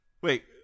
Wait